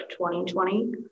2020